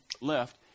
left